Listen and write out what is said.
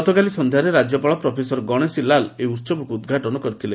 ଗତକାଲି ସନ୍ଧ୍ୟାରେ ରାଜ୍ୟପାଳ ପ୍ରଫେସର ଗଶେଶିଲାଲ୍ ଏହି ଉହବକୁ ଉଦ୍ଘାଟନ କରିଥିଲେ